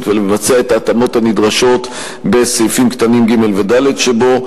ולבצע את ההתאמות הנדרשות בסעיפים קטנים (ג) ו-(ד) שבו.